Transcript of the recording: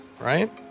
right